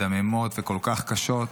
מדממות וכל כך קשות,